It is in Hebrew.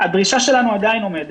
הדרישה שלנו עדיין עומדת.